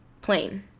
Plain